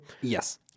Yes